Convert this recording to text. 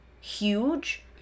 huge